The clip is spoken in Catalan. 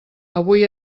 avui